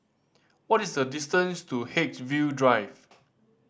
what is the distance to Haigsville Drive